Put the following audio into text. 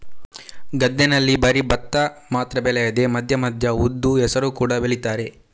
ಗದ್ದೆನಲ್ಲಿ ಬರೀ ಭತ್ತ ಮಾತ್ರ ಬೆಳೆಯದೆ ಮಧ್ಯ ಮಧ್ಯ ಉದ್ದು, ಹೆಸರು ಕೂಡಾ ಬೆಳೀತಾರೆ